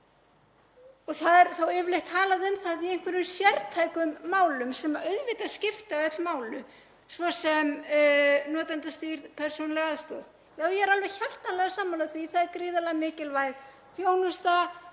er þá yfirleitt talað um það í einhverjum sértækum málum, sem auðvitað skipta öll máli, svo sem notendastýrð persónuleg aðstoð. Já, ég er alveg hjartanlega sammála því að það er gríðarlega mikilvæg þjónusta